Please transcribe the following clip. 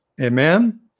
Amen